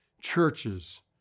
churches